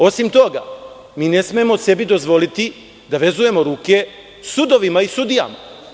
Osim toga, mi ne smemo sebi dozvoliti da vezujemo ruke sudovima i sudijama.